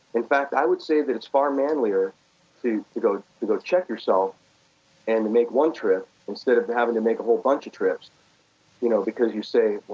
in fact, i would say that it's far manlier to to go go check yourself and to make one trip instead of having to make a whole bunch of trips you know because you say,